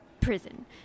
prison